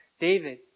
David